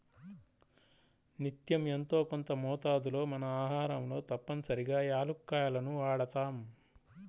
నిత్యం యెంతో కొంత మోతాదులో మన ఆహారంలో తప్పనిసరిగా యాలుక్కాయాలను వాడతాం